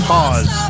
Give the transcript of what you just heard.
Pause